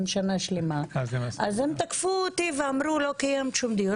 שנה שלמה אז הן תקפו אותי ואמרו: לא קיימת שום דיון.